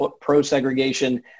pro-segregation